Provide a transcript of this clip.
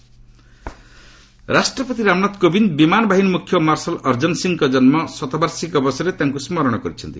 ପ୍ରେକ୍ ଅର୍ଜନ ସିଂ ରାଷ୍ଟ୍ରପତି ରାମନାଥ କୋବିନ୍ଦ୍ ବିମାନ ବାହିନୀ ମୁଖ୍ୟ ମାର୍ଶାଲ୍ ଅର୍ଜନ ସିଂଙ୍କ ଜନ୍ମ ଶତବାର୍ଷିକୀ ଅବସରରେ ତାଙ୍କୁ ସ୍କରଣ କରିଛନ୍ତି